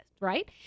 Right